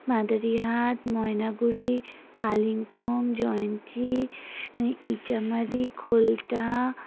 Madarihat Moynaguri Kalimpong Jayanti Ichhamari Kholta